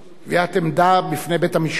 קביעת עמדה בפני בית-המשפט,